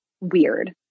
weird